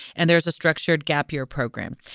and there's a structured gap year program.